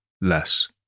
less